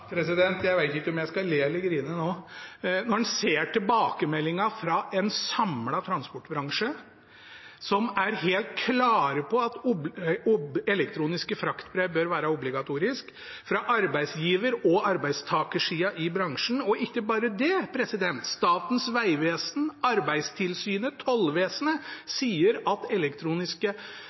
side. Jeg vet ikke om jeg skal le eller grine nå, når en ser tilbakemeldingen fra en samlet transportbransje, som er helt klar på at elektroniske fraktbrev bør være obligatorisk, fra arbeidsgiver- og arbeidstakersida i bransjen. Og ikke bare det – Statens vegvesen, Arbeidstilsynet og tollvesenet sier at elektroniske